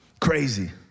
Crazy